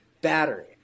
battery